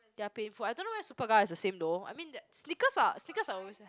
they are painful I don't know whether Superga is the same though I mean that sneakers are sneakers are always